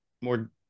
more